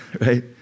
right